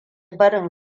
barin